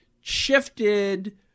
shifted